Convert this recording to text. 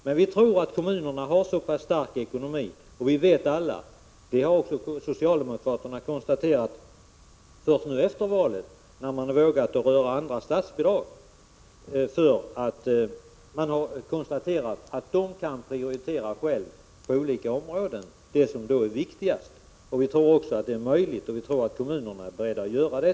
Däremot tror vi att kommunerna har en så pass stark ekonomi att de kan klara verksamheten på det här området utan särskilda statsbidrag. Vi vet alla — också socialdemokraterna har konstaterat detta, men först efter valet, när de vågat röra andra statsbidrag — att kommunerna själva kan göra sina prioriteringar och satsa på områden som de finner viktigast. Vi tror att kommunerna också är beredda att göra det.